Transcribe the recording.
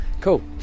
Cool